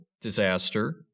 disaster